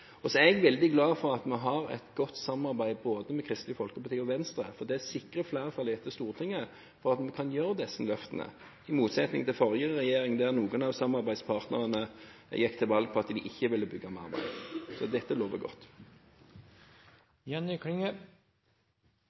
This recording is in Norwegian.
videreføres. Så er jeg veldig glad for at vi har et veldig godt samarbeid med både Kristelig Folkeparti og Venstre, for det sikrer flertall i dette stortinget for at vi kan gjøre disse løftene – i motsetning til forrige regjering, der noen av samarbeidspartnerne gikk til valg på at de ikke ville bygge mer vei. Så dette lover godt.